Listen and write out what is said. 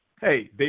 Hey